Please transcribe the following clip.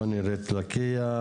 בוא נראה את לקיה.